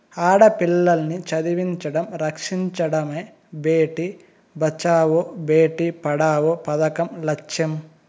ఆడపిల్లల్ని చదివించడం, రక్షించడమే భేటీ బచావో బేటీ పడావో పదకం లచ్చెం